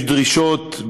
יש דרישות,